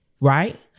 right